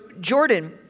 Jordan